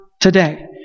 Today